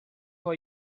for